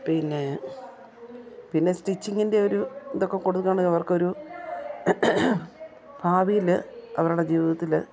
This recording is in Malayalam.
പിന്നെ പിന്നെ സ്റ്റിച്ചിങ്ങിൻ്റെ ഒരു ഇതൊക്കെ കൊടുക്കാണെങ്കിൽ അവർക്കൊരു ഭാവിയിൽ അവരുടെ ജീവിതത്തിൽ